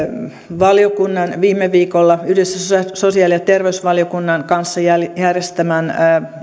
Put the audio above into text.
valiokunnan viime viikolla yhdessä sosiaali ja terveysvaliokunnan kanssa järjestämän